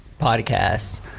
podcasts